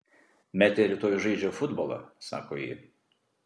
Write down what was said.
metė rytoj žaidžia futbolą sako ji